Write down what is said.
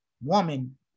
woman